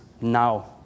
now